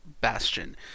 bastion